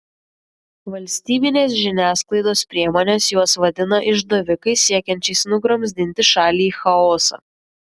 valstybinės žiniasklaidos priemonės juos vadina išdavikais siekiančiais nugramzdinti šalį į chaosą